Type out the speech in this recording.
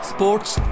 Sports